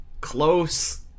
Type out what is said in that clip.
close